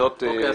אוקיי,